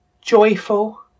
joyful